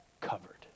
covered